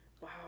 Wow